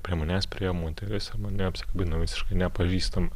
prie manęs priėjo moteris ir mane apsikabino visiškai nepažįstama